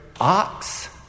ox